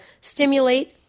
stimulate